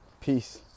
Peace